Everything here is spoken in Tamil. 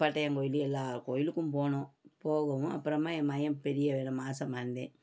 பட்டையங்கோயில் எல்லா கோயிலுக்கும் போனோம் போகவும் அப்புறமா என் மகன் பெரியவன் மாதமா இருந்தேன்